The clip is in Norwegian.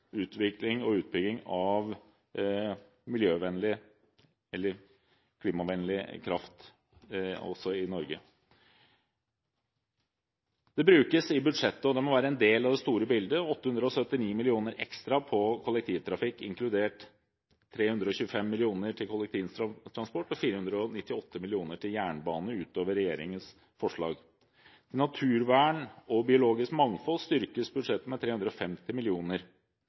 utvikling og utbygging av klimavennlig kraft også i Norge. Det brukes i budsjettet – og det må være en del av det store bildet – 879 mill. kr ekstra på kollektivtrafikk, inkludert 325 mill. kr til kollektivtransport i byområdene og 498 mill. kr til jernbane utover regjeringens forslag. Naturvern og biologisk mangfold styrkes i budsjettet med 350